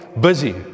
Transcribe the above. busy